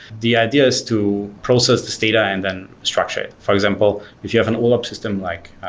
the idea is to process this data and then structure it. for example, if you have an olap system like